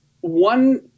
one